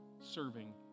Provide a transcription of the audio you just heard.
serving